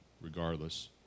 regardless